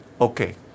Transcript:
okay